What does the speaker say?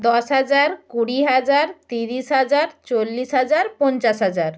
দশ হাজার কুড়ি হাজার তিরিশ হাজার চল্লিশ হাজার পঞ্চাশ হাজার